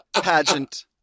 pageant